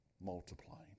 multiplying